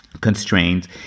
constraints